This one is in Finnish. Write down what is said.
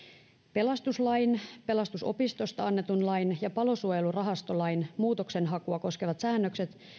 pelastuslain pelastusopistosta annetun lain ja palosuojelurahastolain muutoksenhakua koskevat säännökset